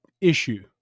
issue